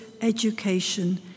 education